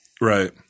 right